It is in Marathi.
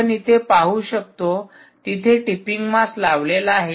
आपण इथे पाहू शकतो तिथे टिपिंग मास लावलेला आहे